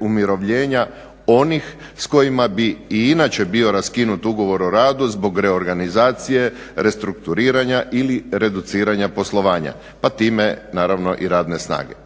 umirovljenja onih s kojima bi i inače bio raskinut ugovor o radu zbog reorganizacije, restrukturiranja ili reduciranja poslovanja, pa time naravno i radne snage.